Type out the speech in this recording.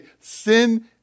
sin